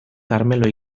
karmelo